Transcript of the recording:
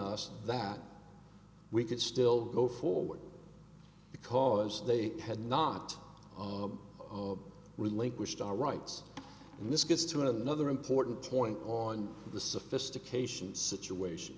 us that we could still go forward because they had not relinquished our rights and this gets to another important point on the sophistication situation